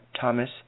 Thomas